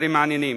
דברים מעניינים: